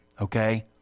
Okay